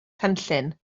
cynllun